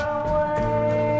away